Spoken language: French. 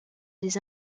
des